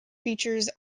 features